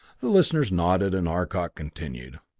the listeners nodded and arcot continued.